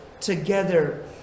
together